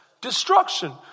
Destruction